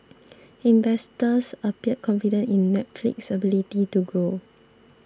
investors appear confident in Netflix's ability to grow